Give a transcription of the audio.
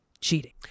cheating